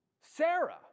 Sarah